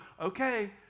okay